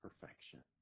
perfection